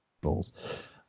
balls